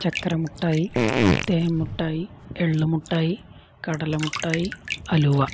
ചക്രമിഠായി തേൻമിഠായി എള്ളുമിഠായി കടലമിഠായി ഹലുവ